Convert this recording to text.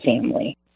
family